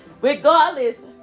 Regardless